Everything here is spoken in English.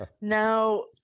Now